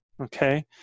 Okay